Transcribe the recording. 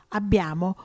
abbiamo